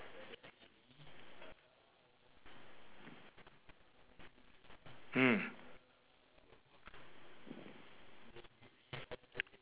mm